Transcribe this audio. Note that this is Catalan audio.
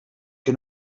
que